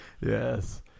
Yes